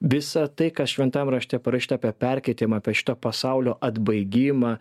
visa tai kas šventam rašte parašyta apie perkeitimą apie šitą pasaulio atbaigimą